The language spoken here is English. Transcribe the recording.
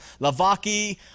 Lavaki